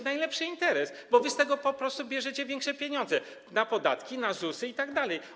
Najlepszy interes, bo wy z tego po prostu bierzecie większe pieniądze na podatki, na ZUS itd.